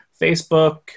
Facebook